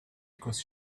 because